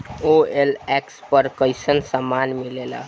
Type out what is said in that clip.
OLX पर कइसन सामान मीलेला?